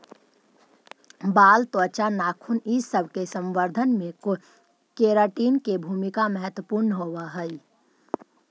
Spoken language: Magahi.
बाल, त्वचा, नाखून इ सब के संवर्धन में केराटिन के भूमिका महत्त्वपूर्ण होवऽ हई